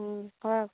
হয়